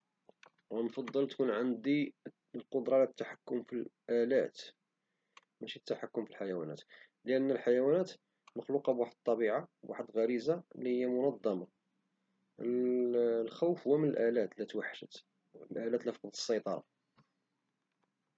نفضل تكون عندي القدرة على التحكم في الالات ماشي التحكم في الحيوانات لان الحيوانات مخلوقة بواحد الطبيعة واحد الغريزة اللي هي منظمة الخوف من الالات الى توحشت الالات الى خدات السيطرة